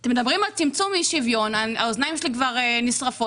אתם מדברים על צמצום אי שוויון והאוזניים שלי כבר נשרפות.